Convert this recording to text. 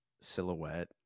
silhouette